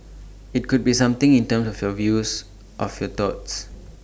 IT could be something in terms of your views of your thoughts